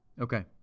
Okay